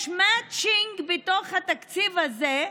יש מצ'ינג בתוך התקציב הזה,